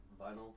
vinyl